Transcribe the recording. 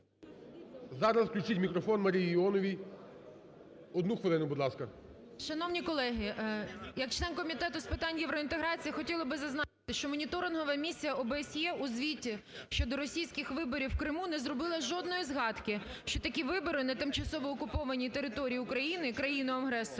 Зараз включіть мікрофон Марії Іоновій. Одну хвилину, будь ласка. 10:21:54 ІОНОВА М.М. Шановні колеги, як член Комітету з питань євроінтеграції хотіла би зазначити, що моніторингова місія ОБСЄ у звіті щодо російських виборів в Криму не зробила жодної згадки, що такі вибори на тимчасово окупованій території України країни-агресором